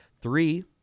Three